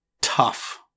tough